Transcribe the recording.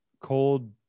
cold